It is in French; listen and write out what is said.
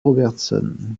robertson